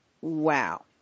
Wow